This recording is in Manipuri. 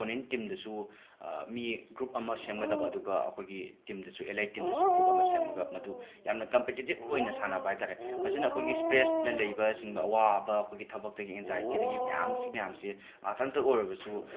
ꯑꯣꯄꯣꯅꯦꯟ ꯇꯤꯝꯗꯁꯨ ꯃꯤ ꯒ꯭ꯔꯨꯞ ꯑꯃ ꯁꯦꯝꯒꯗꯕ ꯑꯗꯨꯒ ꯑꯩꯈꯣꯏꯒꯤ ꯇꯤꯝꯗꯁꯨ ꯑꯦꯂꯩ ꯇꯤꯝꯗꯁꯨ ꯒ꯭ꯔꯨꯞ ꯑꯃ ꯁꯦꯝꯃꯒ ꯃꯗꯨ ꯌꯥꯝꯅ ꯀꯝꯄꯤꯇꯤꯇꯤꯞ ꯑꯣꯏꯅ ꯁꯥꯟꯅꯕ ꯍꯥꯏ ꯇꯥꯔꯦ ꯃꯁꯤꯅ ꯑꯩꯈꯣꯏꯒꯤ ꯁ꯭ꯇ꯭ꯔꯦꯁꯅ ꯂꯩꯕ ꯆꯤꯡꯕ ꯑꯋꯥꯕ ꯑꯩꯈꯣꯏꯒꯤ ꯊꯕꯛꯇꯒꯤ ꯑꯦꯟꯖꯥꯏꯇꯤꯗꯒꯤ ꯃꯌꯥꯝ ꯁꯤ ꯃꯌꯥꯝꯁꯦ ꯉꯥꯏꯍꯥꯛꯇꯪꯇ ꯑꯣꯏꯔꯕꯁꯨ